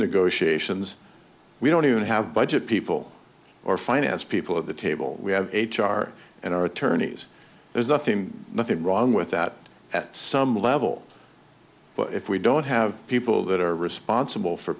negotiations we don't even have budget people or finance people at the table we have h r and our attorneys there's nothing nothing wrong with that at some level but if we don't have people that are responsible for